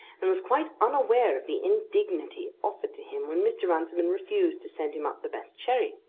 and was quite unaware of the indignity offered to him when mr. runciman refused to send him up the best sherry.